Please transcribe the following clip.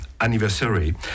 anniversary